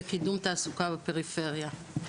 בקידום תעסוקה בפריפריה.